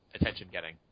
attention-getting